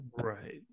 right